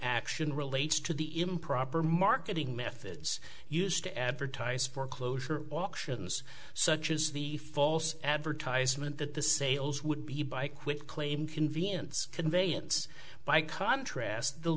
action relates to the improper marketing methods used to advertise foreclosure auctions such as the false advertisement that the sales would be by quitclaim convenience conveyance by contrast the